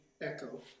echo